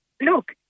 look